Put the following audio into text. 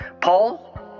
paul